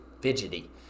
fidgety